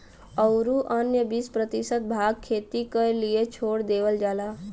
औरू अन्य बीस प्रतिशत भाग खेती क लिए छोड़ देवल जाला